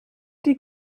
die